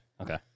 Okay